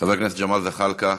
חבר הכנסת ג'מאל זחאלקה,